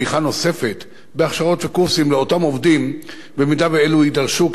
לאותם עובדים במידה שאלו יידרשו כדי להבטיח קליטתם בשוק העבודה.